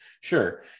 Sure